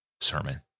sermon